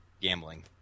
gambling